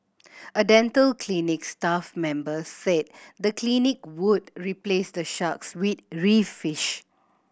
a dental clinic staff member said the clinic would replace the sharks with reef fish